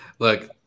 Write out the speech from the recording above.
Look